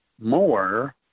more